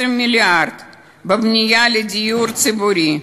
17 מיליארד בבנייה לדיור ציבורי,